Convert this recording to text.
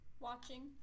watching